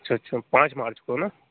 अच्छा अच्छा पाँच मार्च को है ना